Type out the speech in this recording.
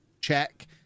check